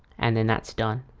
and then that's done.